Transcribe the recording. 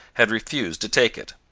had refused to take it.